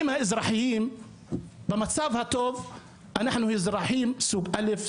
האזרחיים במצב הטוב אנחנו אזרחים סוג א',